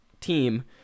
team